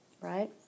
right